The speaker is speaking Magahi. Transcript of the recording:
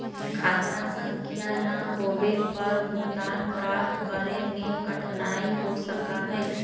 खाता संख्या ना होवे पर भुगतान प्राप्त करे में कठिनाई हो सका हई